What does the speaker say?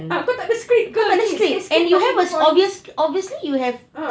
ah kau tak ada script ke ni sikit-sikit ah